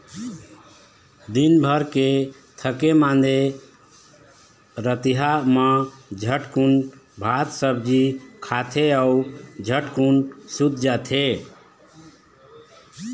दिनभर के थके मांदे रतिहा मा झटकुन भात सब्जी खाथे अउ झटकुन सूत जाथे